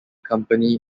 company